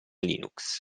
linux